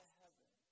heaven